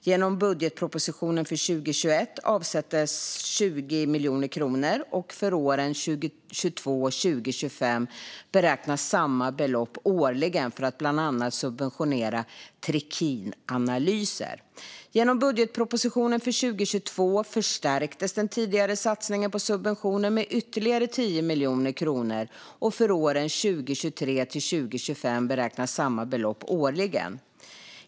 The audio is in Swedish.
Genom budgetpropositionen för 2021 avsattes 20 miljoner kronor, och för åren 2022-2025 beräknas samma belopp årligen för att bland annat subventionera trikinanalyser. Genom budgetpropositionen för 2022 förstärktes den tidigare satsningen på subventioner med ytterligare 10 miljoner kronor, och för åren 2023-2025 beräknas samma belopp årligen.